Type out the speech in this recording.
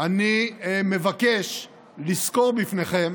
אני מבקש לסקור בפניכם